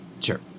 Sure